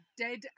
dead